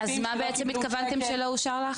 --- אז מה בעצם התכוונתם שלא אושר לך?